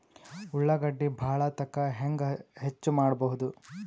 ಉಳ್ಳಾಗಡ್ಡಿ ಬಾಳಥಕಾ ಹೆಂಗ ಹೆಚ್ಚು ಮಾಡಬಹುದು?